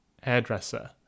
hairdresser